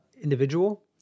individual